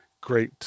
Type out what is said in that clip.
great